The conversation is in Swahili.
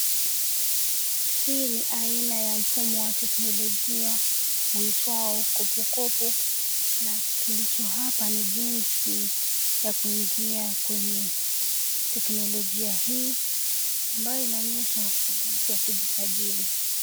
Hii ni aina ya mfumo wa teknolojia uitwao "Kopokopo". Na kilicho hapa ni jinsi ya kuingia kwenye teknolojia hii ambayo inaonyesha jinsi ya kujisajili.